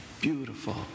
beautiful